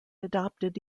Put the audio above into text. adopted